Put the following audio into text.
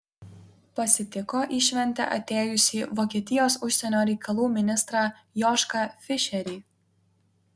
pasitiko į šventę atėjusį vokietijos užsienio reikalų ministrą jošką fišerį